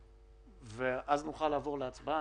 ואז נוכל לעבור להצבעה.